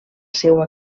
seua